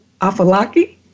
Afalaki